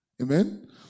Amen